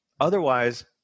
otherwise